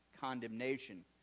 condemnation